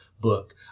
book